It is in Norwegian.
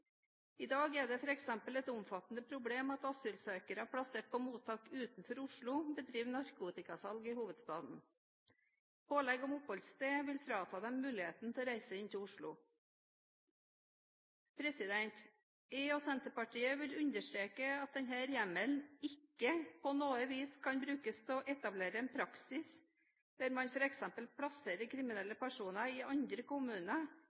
I dag er det f.eks. et omfattende problem at asylsøkere plassert på mottak utenfor Oslo bedriver narkotikasalg i hovedstaden. Pålegg om oppholdssted vil frata dem muligheten til å reise inn til Oslo. Jeg og Senterpartiet vil understreke at denne hjemmelen ikke på noe vis kan brukes til å etablere en praksis der man f.eks. plasserer kriminelle personer i andre kommuner